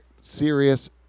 serious